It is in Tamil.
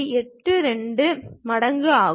82 மடங்கு ஆகும்